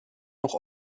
noch